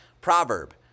Proverb